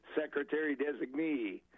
Secretary-Designee